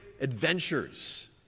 adventures